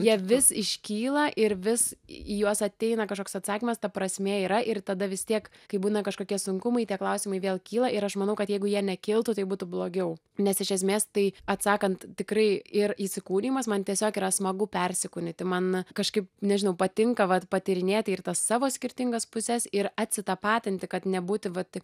jie vis iškyla ir vis į juos ateina kažkoks atsakymas ta prasmė yra ir tada vis tiek kai būna kažkokie sunkumai tie klausimai vėl kyla ir aš manau kad jeigu jie nekiltų tai būtų blogiau nes iš esmės tai atsakant tikrai ir įsikūnijimas man tiesiog yra smagu persikūnyti man kažkaip nežinau patinka vat patyrinėti ir tas savo skirtingas puses ir atsitapatinti kad nebūti vat